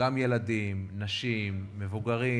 גם ילדים, נשים, מבוגרים